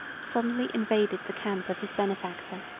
suddenly invaded the camp of his benefactor,